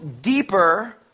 deeper